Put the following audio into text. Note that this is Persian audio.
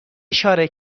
اشاره